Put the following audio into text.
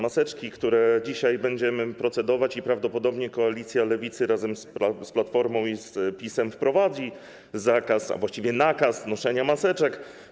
Nad tym dzisiaj będziemy procedować i prawdopodobnie koalicja Lewicy z Platformą i PiS-em wprowadzi zakaz, a właściwie nakaz noszenia maseczek.